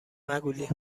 مگولی